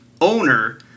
owner